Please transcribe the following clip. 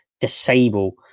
disable